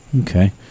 okay